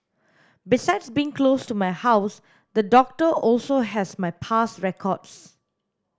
besides being close to my house the doctor also has my past records